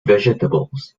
vegetables